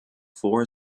four